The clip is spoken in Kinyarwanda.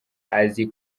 azi